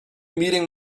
meeting